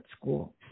School